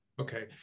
Okay